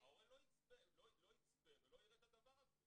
ההורה לא יצפה ולא יראה את הדבר הזה